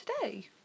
today